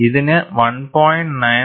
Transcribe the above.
ഇതിനെ 1